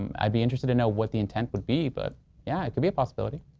um i'd be interested to know what the intent would be but yeah it could be a possibility.